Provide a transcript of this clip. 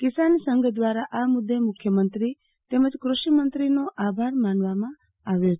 કિસાન સંઘ દ્રારા આ મુ દે મખ્યમંત્રી તેમજ કૃષિમંત્રીનો આભાર માનવામાં આવ્યો છે